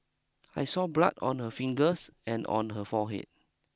I saw blood on her fingers and on her forehead